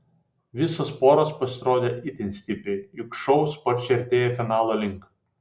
visos poros pasirodė itin stipriai juk šou sparčiai artėja finalo link